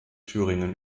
thüringen